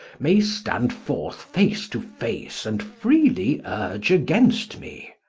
may stand forth face to face, and freely vrge against me